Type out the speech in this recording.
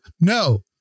No